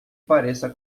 pareça